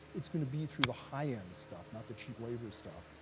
it's going to be through the high end stuff, not the cheap labor stuff.